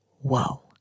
Whoa